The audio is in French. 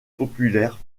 populaires